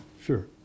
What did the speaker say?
sure